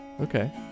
Okay